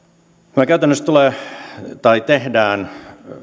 tämä käytännössä tehdään